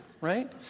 Right